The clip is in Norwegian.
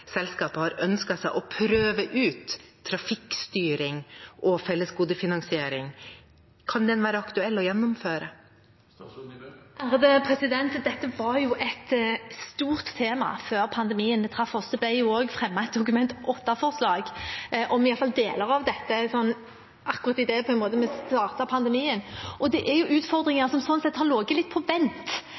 har ønsket å prøve ut trafikkstyring og fellesgodefinansiering – kan den være aktuell å gjennomføre? Dette var et stort tema før pandemien traff oss. Det ble også fremmet et Dokument 8-forslag. I alle fall deler av dette kom akkurat i starten av pandemien. Det er utfordringer som sånn sett har ligget litt på vent